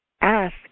Ask